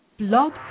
Blog